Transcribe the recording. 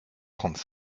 trente